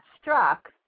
struck